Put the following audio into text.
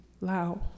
Lao